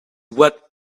what